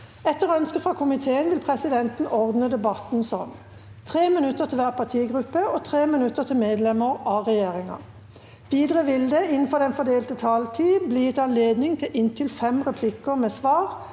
kommunikasjonskomiteen vil presidenten ordne debatten slik: 3 minutter til hver partigruppe og 3 minutter til medlemmer av regjeringen. Videre vil det – innenfor den fordelte taletid – bli gitt anledning til inntil fem replikker med svar